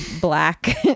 black